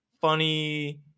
funny